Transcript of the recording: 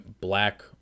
black